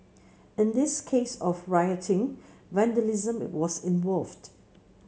in this case of rioting vandalism was involved